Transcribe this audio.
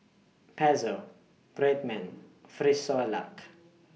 Pezzo Red Man Frisolac